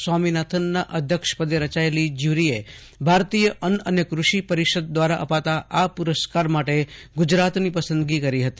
સ્વામીનાથનના અધ્યક્ષપદે રચાયેલી જયુરીએ ભારતીય અન્ન અને કૂષિ પરિષદ દ્વારા અપાતા આ પુરસ્કાર માટે ગુજરાતની પસંદગી કરી હતી